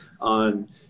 on